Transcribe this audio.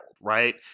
right